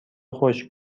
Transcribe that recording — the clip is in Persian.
خشک